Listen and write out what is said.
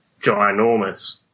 ginormous